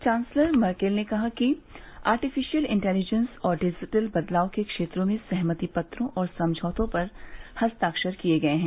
chancellor Merkel ने कहा कि आर्टिफिशियल इन्टेलिजेंस और डिजिटल बदलाव के क्षेत्रों में सहमति पत्रों और समझौतों पर हस्ताक्षर किए गए हैं